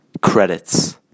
credits